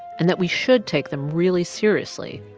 and that we should take them really seriously.